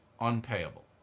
Unpayable